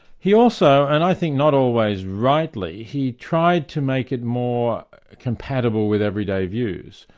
he also, and i think not always rightly, he tried to make it more compatible with everyday views.